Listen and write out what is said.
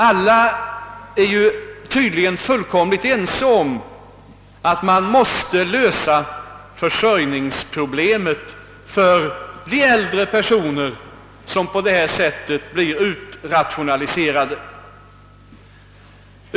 Alla är emellertid tydligen fullkomligt ense om att man måste lösa försörjningsproblemet för de äldre personer som på detta sätt blir »utrationaliserade».